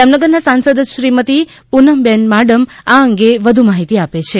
જામનગરના સાંસદ શ્રીમતી પુનમબેન માડમ અંગે વધુ માહિતી આપે છે